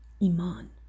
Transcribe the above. iman